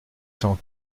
cent